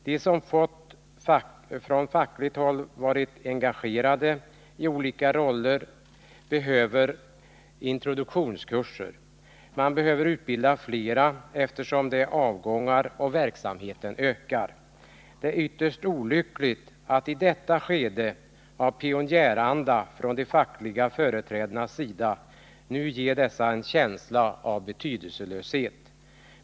De som från fackligt håll är engagerade i olika roller behöver flera introduktionskurser. Man behöver utbilda flera, eftersom avgångar sker och verksamheten ökar. Det är ytterst olyckligt att i detta skede av pionjäranda från de fackliga företrädarnas sida nu ge dem en känsla av betydelselöshet.